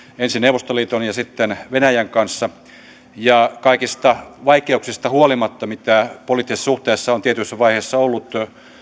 ensin neuvostoliiton ja sitten venäjän kanssa ja kaikista vaikeuksista huolimatta mitä poliittisissa suhteissa on tietyissä vaiheissa ollut